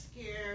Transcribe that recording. scared